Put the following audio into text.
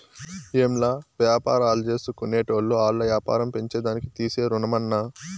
ఏంలా, వ్యాపారాల్జేసుకునేటోళ్లు ఆల్ల యాపారం పెంచేదానికి తీసే రుణమన్నా